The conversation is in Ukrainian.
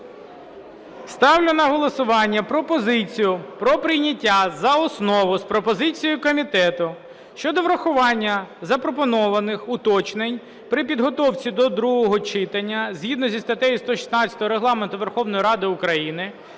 Ставлю на голосування пропозицію про прийняття за основу з пропозицією комітету щодо врахування запропонованих уточнень при підготовці до другого читання, згідно зі статтею 116 Регламенту Верховної Ради України,